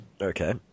Okay